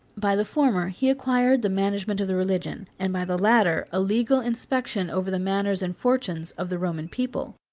by the former he acquired the management of the religion, and by the latter a legal inspection over the manners and fortunes, of the roman people.